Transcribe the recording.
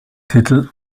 titel